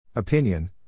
opinion